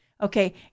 Okay